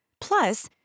Plus